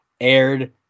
aired